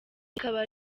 rikaba